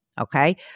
Okay